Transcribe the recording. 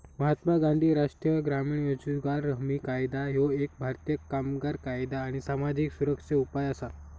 महात्मा गांधी राष्ट्रीय ग्रामीण रोजगार हमी कायदा ह्यो एक भारतीय कामगार कायदा आणि सामाजिक सुरक्षा उपाय असा